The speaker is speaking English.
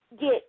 get